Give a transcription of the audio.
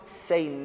say